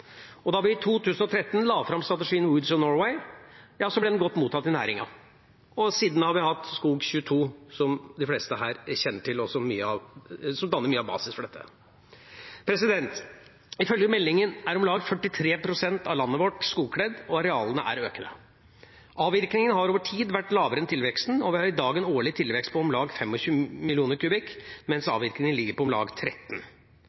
Da vi i 2013 la fram strategien Woods of Norway, ble den godt mottatt i næringen. Siden har vi hatt SKOG22, som de fleste her kjenner til, og som danner mye av basisen for dette. Ifølge meldinga er om lag 43 pst. av landet vårt skogkledd, og arealene er økende. Avvirkningen har over tid vært lavere enn tilveksten, og vi har i dag en årlig tilvekst på om lag 25 millioner kubikk, mens avvirkningen ligger på om lag 13.